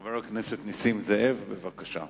חבר הכנסת נסים זאב, בבקשה.